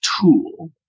tool